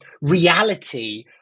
reality